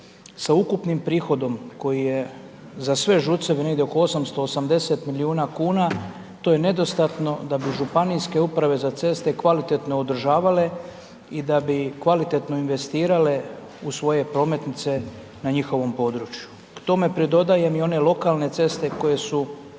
sa ukupnim prihodom koji je za sve ŽUC-eve negdje oko 880 milijuna kuna, to je nedostatno da bi županijske uprave za ceste kvalitetno održavale i da bi kvalitetno investirale u svoje prometnice na njihovom području, k tome pridodajem i one lokalne ceste koje su,